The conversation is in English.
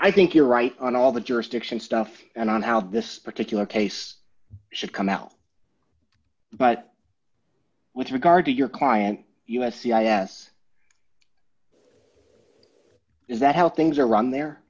i think you're right on all the jurisdiction stuff and on how this particular case should come out but with regard to your client u s c i s is that how things are run there